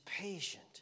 patient